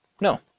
no